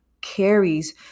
carries